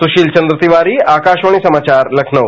सुशील चन्द्र तिवारी आकाशवाणी समाचार लखनऊ